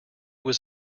was